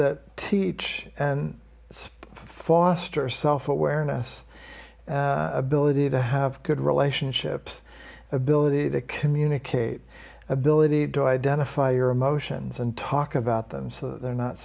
that teach and foster self awareness ability to have good relationships ability to communicate ability to identify your emotions and talk about them so that they're not